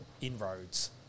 inroads